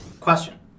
Question